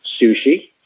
sushi